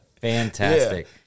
Fantastic